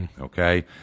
okay